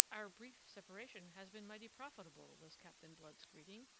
our brief separation has been mighty profitable, was captain blood's greeting.